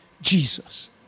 Jesus